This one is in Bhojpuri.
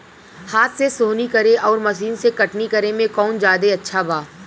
हाथ से सोहनी करे आउर मशीन से कटनी करे मे कौन जादे अच्छा बा?